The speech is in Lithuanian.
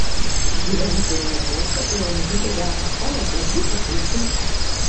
gyventi rūmuose ir lankyti gerą koledžą būtų puiku